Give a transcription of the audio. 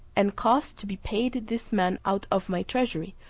and cause to be paid to this man out of my treasury,